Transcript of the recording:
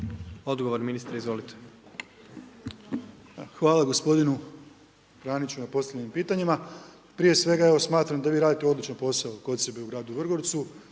Tomislav (HDZ)** Hvala gospodinu Praniću na postavljenim pitanjima. Prije svega smatram da vi radite odličan posao kod sebe u gradu Vrgorcu,